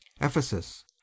ephesus